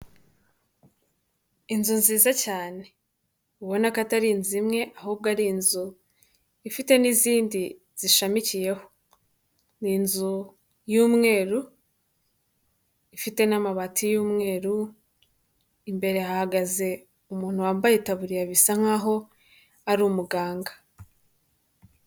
Inzu nziza cyane, ubona ko atari inzu imwe ahubwo ari inzu ifite n'izindi zishamikiyeho, ni inzu y'umweru, ifite n'amabati y'umweru, imbere hahagaze umuntu wambaye itaburiya bisa nkaho ari umuganga.